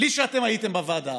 בלי שאתם הייתם בוועדה,